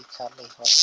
ইখালে হয়